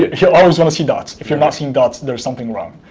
you'll always want to see dots. if you're not seeing dots, there's something wrong.